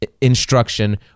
instruction